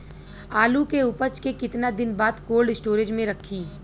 आलू के उपज के कितना दिन बाद कोल्ड स्टोरेज मे रखी?